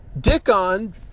Dickon